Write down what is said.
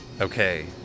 Okay